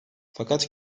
fakat